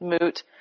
moot